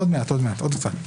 עוד מעט, עוד מעט, עוד קצת.